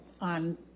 on